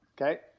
Okay